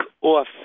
off